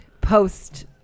post